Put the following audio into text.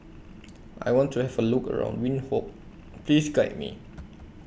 I want to Have A Look around Windhoek Please Guide Me